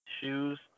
shoes